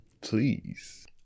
please